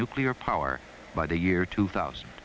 nuclear power by the year two thousand